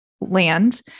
land